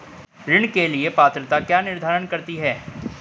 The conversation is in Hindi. ऋण के लिए पात्रता क्या निर्धारित करती है?